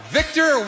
Victor